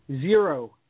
Zero